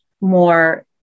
more